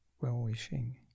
well-wishing